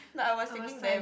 no I was thinking them